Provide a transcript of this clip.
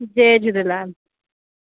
Jay Jhulelal